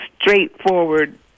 straightforward